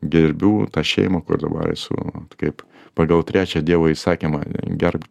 gerbiu tą šeimą kur dabar esu vat kaip pagal trečią dievo įsakymą gerbk